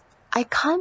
I can't